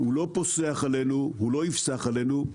הוא לא פוסח עלינו, הוא לא יפסח עלינו,